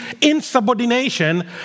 insubordination